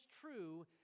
true